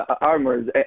armors